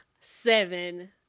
seven